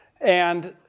and,